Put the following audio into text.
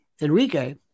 Enrique